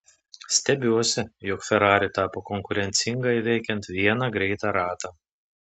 stebiuosi jog ferrari tapo konkurencinga įveikiant vieną greitą ratą